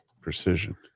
precision